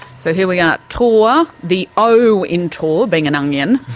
so here we are. tor, the o in tor being an onion,